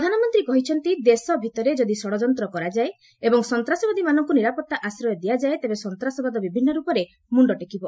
ପ୍ରଧାନମନ୍ତ୍ରୀ କହିଛନ୍ତି ଦେଶ ଭିତରେ ଯଦି ଷଢ଼ଯନ୍ତ୍ର କରାଯାଏ ଏବଂ ସନ୍ତ୍ରାସବାଦୀମାନଙ୍କୁ ନିରାପତ୍ତା ଆଶ୍ରୟ ଦିଆଯାଏ ତେବେ ସନ୍ତାସବାଦ ବିଭିନ୍ନ ରୂପରେ ମୁଣ୍ଡଟେକିବ